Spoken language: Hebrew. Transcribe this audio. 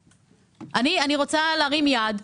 אני רוצה להרים יד ולהצביע,